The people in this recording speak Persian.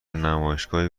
نمایشگاهی